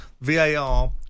VAR